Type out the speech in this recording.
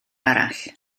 arall